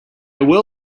will